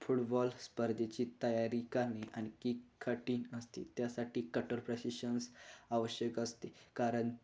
football स्पर्धेची तयारी करणे आणखी कठीण असते त्यासाठी कठोर प्रशिक्षन्स आवश्यक असते कारण